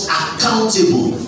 accountable